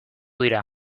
dira